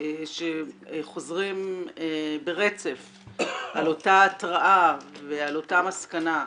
שחוזרים ברצף על אותה התרעה ועל אותה מסקנה,